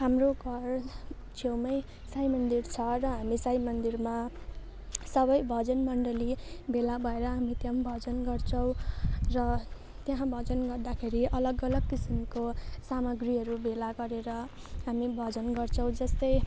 हाम्रो घर छेउमै साई मन्दिर छ र हामी साई मन्दिरमा सबै भजन मण्डली भेला भएर हामी त्यहाँ भजन गर्छौँ र त्यहाँ भजन गर्दाखेरि अलग अलग किसिमको सामग्रीहरू भेला गरेर हामी भजन गर्छौँ जस्तै